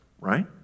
right